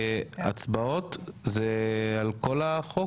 הצבעות זה על כל החוק,